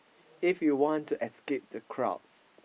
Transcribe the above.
if you wan to escape the crowd